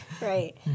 Right